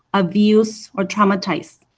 abused, or traumatized.